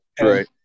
Right